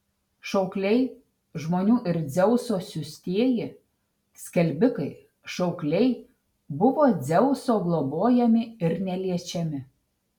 šaukliai žmonių ir dzeuso siųstieji skelbikai šaukliai buvo dzeuso globojami ir neliečiami